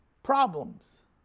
Problems